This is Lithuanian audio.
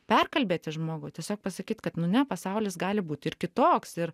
perkalbėti žmogų tiesiog pasakyt kad nu ne pasaulis gali būti ir kitoks ir